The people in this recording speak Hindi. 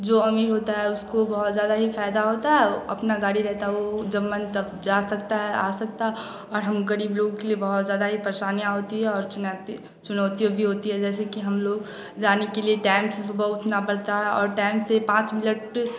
जो अमीर होता है उसको बहुत ज़्यादा ही फ़ायदा होता है अपना गाड़ी रहता है वह जब मन तब जा सकता है आ सकता और हम गरीब लोग के लिए बहुत ज़्यादा ही परेशानियाँ होती हैं और चुनैती चुनौतियों भी होती है जैसे कि हम लोग जाने के लिए टैम से सुबह उठना पड़ता है और टैम से पाँच मिलट